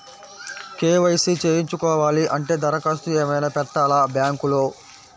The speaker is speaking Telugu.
కే.వై.సి చేయించుకోవాలి అంటే దరఖాస్తు ఏమయినా పెట్టాలా బ్యాంకులో?